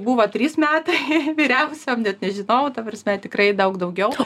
buvo trys metai vyriausiam net nežinau ta prasme tikrai daug daugiau